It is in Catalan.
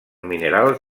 minerals